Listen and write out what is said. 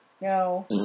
No